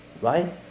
right